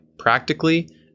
practically